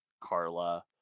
Carla